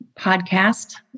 podcast